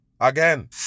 Again